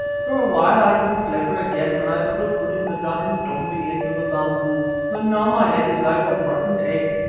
for a while i grew clever again when i thought of putting the gun intombi into the bamboo. but now my head is like a rotten egg,